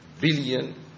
billion